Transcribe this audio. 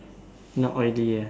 not oily ah